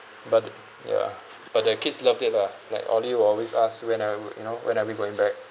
but ya but the kids loved it lah like oli will always when are we you know when are we going back